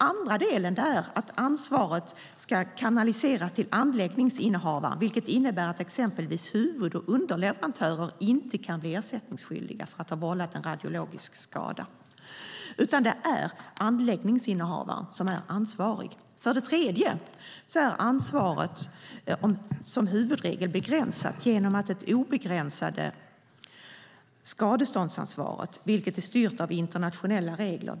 För det andra ska ansvaret kanaliseras till anläggningsinnehavaren, vilket innebär att exempelvis huvud och underleverantörer inte kan bli ersättningsskyldiga för att ha vållat en radiologisk skada. Det är anläggningsinnehavaren som är ansvarig. För det tredje är ansvaret som huvudregel begränsat genom det obegränsade skadeståndsansvaret, vilket är styrt av internationella regler.